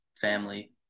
family